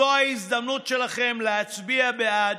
זו ההזדמנות שלכם להצביע בעד